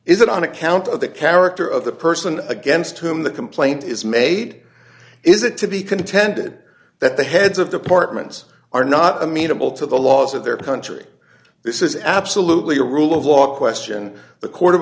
is it on account of the character of the person against whom the complaint is made is it to be contended that the heads of departments are not amenable to the laws of their country this is absolutely a rule of law question the court of